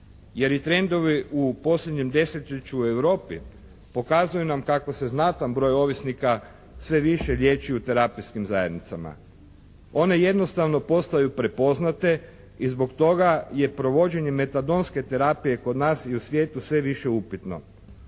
Jer i trendovi u posljednjem desetljeću u Europi pokazuju nam kako se znatan broj ovisnika sve više liječi u terapijskim zajednicama. One jednostavno postaju prepoznate i zbog toga je provođenje metadonske terapije kod nas i u svijetu sve više upitno.